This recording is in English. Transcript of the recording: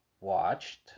watched